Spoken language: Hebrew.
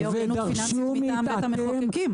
אוריינות פיננסית מטעם בית המחוקקים.